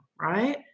right